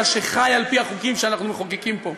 אלא שחי על-פי החוקים שאנחנו מחוקקים פה.